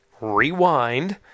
rewind